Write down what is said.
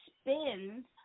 spins